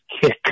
kick